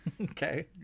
Okay